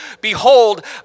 Behold